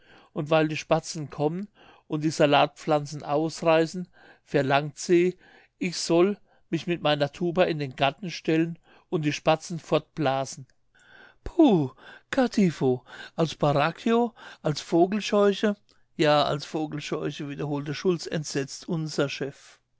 und weil die spatzen kommen und die salatpflanzen ausreißen verlangt sie ich soll mich mit meiner tuba in den garten stellen und die spatzen fortblasen puh cattivo als spauracchio als vogelscheiche ja als vogelscheuche wiederholte schulze entsetzt unser chef